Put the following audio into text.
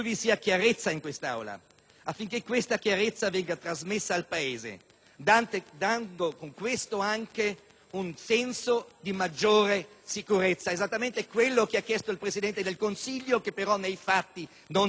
affinché questa chiarezza venga trasmessa al Paese, dando con questo anche un senso di maggiore sicurezza: esattamente quello che ha chiesto il Presidente del Consiglio, che però nei fatti non si rispecchia in quest'Aula.